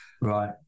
Right